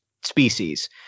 species